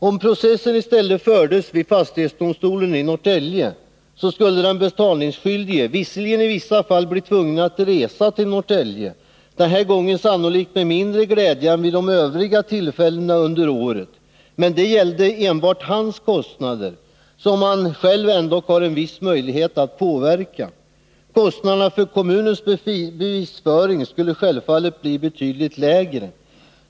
Om processen i stället fördes vid fastighetsdomstolen i Norrtälje, skulle den betalningsskyldige visserligen i vissa fall bli tvungen att resa till Norrtälje — den här gången sannolikt med mindre glädje än vid de övriga tillfällena under året — men det gällde enbart hans kostnader, som han själv ändå haren Nr 30 viss möjlighet att påverka. Kostnaderna för kommunens bevisföring skulle Onsdagen den självfallet bli betydligt lägre.